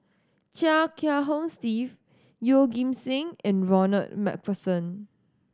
Chia Kiah Hong Steve Yeoh Ghim Seng and Ronald Macpherson